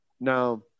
Now